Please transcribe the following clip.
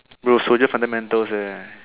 bro soldier fundamentals eh